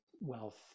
wealth